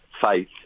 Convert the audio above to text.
faith